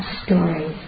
story